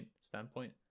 standpoint